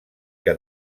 que